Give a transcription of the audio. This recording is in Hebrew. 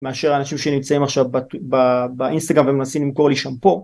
מאשר האנשים שנמצאים עכשיו באינסטגרם ומנסים למכור לי שמפו.